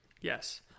Yes